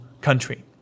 country